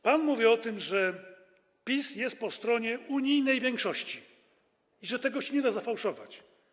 Pan mówi o tym, że PiS jest po stronie unijnej większości i że tego nie da się zafałszować.